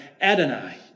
Adonai